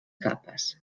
capes